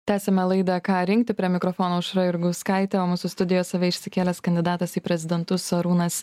tęsiame laidą ką rinkti prie mikrofono aušra jurgauskaitė o mūsų studijos save išsikėlęs kandidatas į prezidentus arūnas